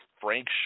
Frank